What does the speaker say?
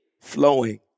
flowing